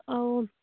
ଆଉ